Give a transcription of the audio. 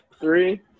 Three